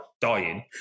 dying